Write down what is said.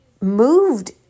moved